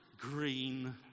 green